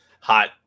hot